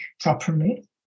properly